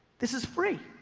this is free